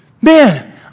Man